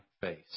face